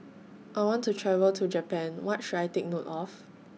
I want to travel to Japan What should I Take note of